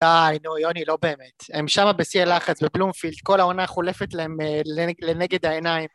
‫דיי, נו, יוני, לא באמת. ‫הם שמה בשיא הלחץ בבלומפילד, ‫כל העונה חולפת להם לנגד העיניים.